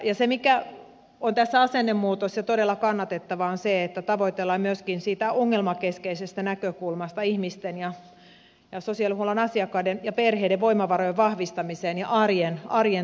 se mikä on tässä asennemuutos ja todella kannatettavaa on se että tavoitellaan myöskin siitä ongelmakeskeisestä näkökulmasta ihmisten sosiaalihuollon asiakkaiden ja perheiden voimavarojen vahvistamista ja arjen tukemista